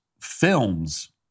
films